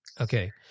Okay